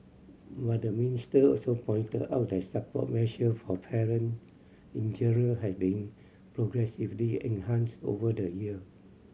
but the minister also pointed out that support measure for parent in general had been progressively enhanced over the year